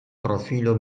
profilo